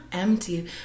empty